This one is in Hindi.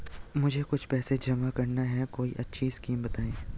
मुझे कुछ पैसा जमा करना है कोई अच्छी स्कीम बताइये?